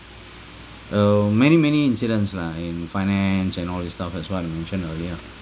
oh many many incidents lah in finance and all this stuff as what we mentioned earlier